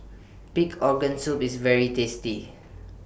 Pig Organ Soup IS very tasty